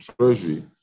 Treasury